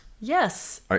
Yes